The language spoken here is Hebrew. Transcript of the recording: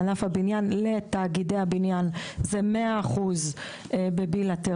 בענף הבניין לתאגידי הבניין זה 100% בבילטרלי,